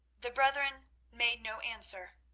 the brethren made no answer,